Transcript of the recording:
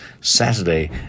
Saturday